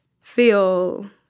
feel